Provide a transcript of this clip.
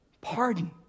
Pardon